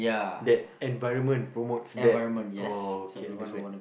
that environment promotes that oh okay I understand